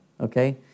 okay